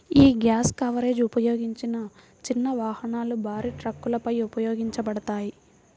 యీ gap coverage ఉపయోగించిన చిన్న వాహనాలు, భారీ ట్రక్కులపై ఉపయోగించబడతది